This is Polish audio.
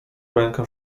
rękę